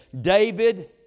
David